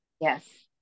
Yes